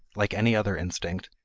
like any other instinct,